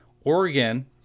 Oregon